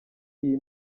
iyi